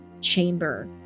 chamber